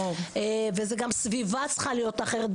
וגם הסביבה צריכה להיות אחרת.